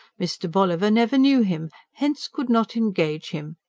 mr. bolliver never knew him hence could not engage him.